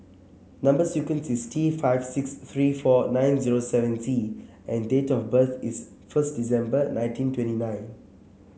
number sequence is T five six three four nine zero seven C and date of birth is first December nineteen twenty nine